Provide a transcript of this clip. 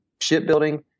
shipbuilding